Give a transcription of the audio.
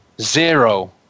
zero